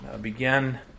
begin